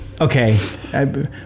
okay